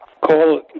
call